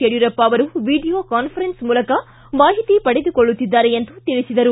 ಯಡಿಯೂರಪ್ಪ ಅವರು video conference ಮೂಲಕ ಮಾಹಿತಿ ಪಡೆದುಕೊಳ್ಳುತ್ತಿದ್ದಾರೆ ಎಂದು ತಿಳಿಸಿದರು